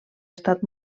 estat